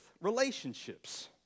relationships